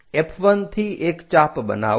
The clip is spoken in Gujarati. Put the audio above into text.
F1 થી એક ચાપ બનાવો